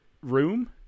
room